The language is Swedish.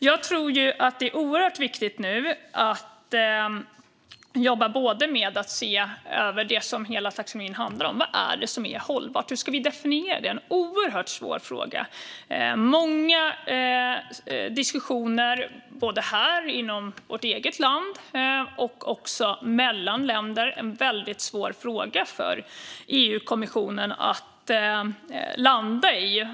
Jag tror att det är oerhört viktigt nu att jobba med att se över det som hela taxonomin handlar om, vad det är som är hållbart och hur vi ska definiera det. Det är en oerhört svår fråga. Det är många diskussioner både här i vårt eget land och också mellan länder om en väldigt svår fråga för EU-kommissionen att landa i.